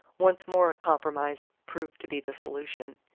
once more a compromise proved to be the solution.